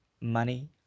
money